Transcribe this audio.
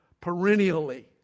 perennially